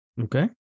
Okay